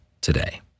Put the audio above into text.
today